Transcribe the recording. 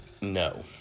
No